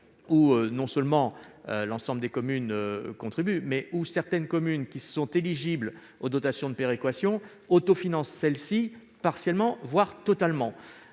où non seulement l'ensemble des communes contribue, mais où certaines d'entre elles qui sont éligibles aux dotations de péréquation autofinancent celles-ci partiellement, voire totalement.